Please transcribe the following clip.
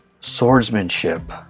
swordsmanship